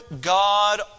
God